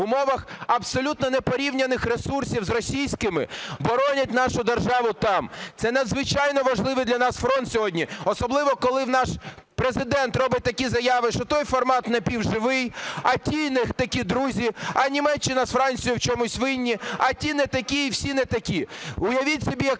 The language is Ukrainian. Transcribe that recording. в умовах абсолютно непорівнянних ресурсів з російськими, боронять нашу державу там. Це надзвичайно важливий для нас фронт сьогодні, особливо, коли наш Президент робить такі заяви, що той формат напівживий, а ті – не такі друзі, а Німеччина з Францією в чомусь винні, а ті не такі і всі не такі. Уявіть собі, яка